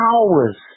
hours